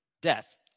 Death